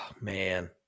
man